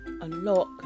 unlock